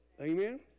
Amen